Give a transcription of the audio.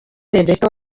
rebekah